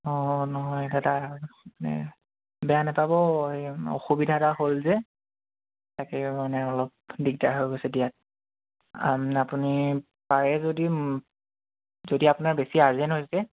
অঁ নহয় দাদা বেয়া নেপাব অসুবিধা এটা হ'ল যে তাকেই মানে অলপ দিগদাৰ হৈ গৈছে দিয়াত আপুনি পাৰে যদি যদি আপোনাৰ বেছি আৰ্জেণ্ট হৈছে